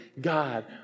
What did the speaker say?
God